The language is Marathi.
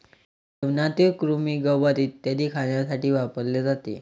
जेवणातील कृमी, गवत इत्यादी खाण्यासाठी वापरले जाते